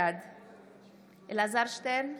בעד אלעזר שטרן,